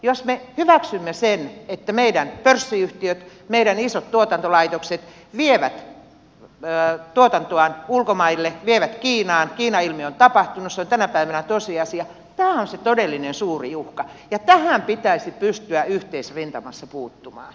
jos me hyväksymme sen että meidän pörssiyhtiöt meidän isot tuotantolaitokset vievät tuotantoaan ulkomaille vievät kiinaan kiina ilmiö on tapahtunut se on tänä päivänä tosiasia tämä on se todellinen suuri uhka ja tähän pitäisi pystyä yhteisrintamassa puuttumaan